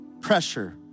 pressure